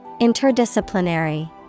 Interdisciplinary